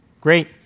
Great